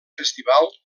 festival